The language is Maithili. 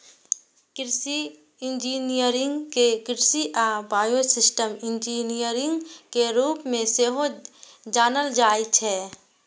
कृषि इंजीनियरिंग कें कृषि आ बायोसिस्टम इंजीनियरिंग के रूप मे सेहो जानल जाइ छै